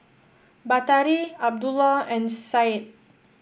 Batari Abdullah and Syed